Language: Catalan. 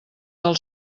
del